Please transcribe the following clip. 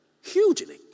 hugely